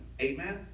Amen